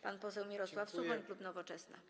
Pan poseł Mirosław Suchoń, klub Nowoczesna.